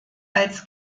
als